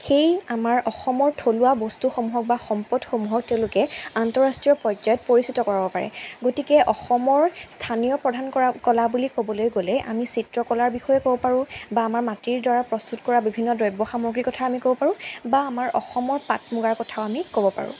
সেই আমাৰ অসমৰ থলুৱা বস্তুসমূহক বা সম্পদসমূহক তেওঁলোকে আন্তঃৰাষ্ট্ৰীয় পৰ্যায়ত পৰিচিত কৰাব পাৰে গতিকে অসমৰ স্থানীয় প্ৰধান কৰা কলা বুলি ক'বলৈ গ'লে আমি চিত্ৰকলাৰ বিষয়েও ক'ব পাৰোঁ বা আমাৰ মাটিৰ দ্বাৰা প্ৰস্তুত কৰা বিভিন্ন দ্ৰব্য সামগ্ৰীৰ কথা আমি ক'ব পাৰোঁ বা আমাৰ অসমৰ পাট মুগাৰ কথাও আমি ক'ব পাৰোঁ